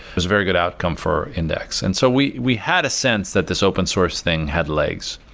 was a very good outcome for index. and so we we had a sense that this open source thing had legs.